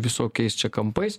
visokiais čia kampais